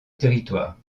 territoire